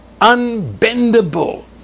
unbendable